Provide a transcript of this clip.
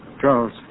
Charles